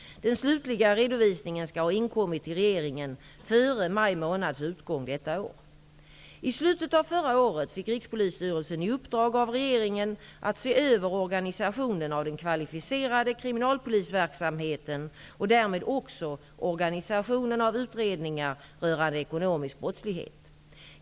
Den slutliga redovisningen skall ha inkommit till regeringen före maj månads utgång detta år. I slutet av förra året fick Rikspolisstyrelsen i uppdrag av regeringen att se över organisationen av den kvalificerade kriminalpolisverksamheten och därmed också organisationen av utredningar rörande ekonomisk brottslighet.